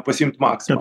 pasiimt maksimą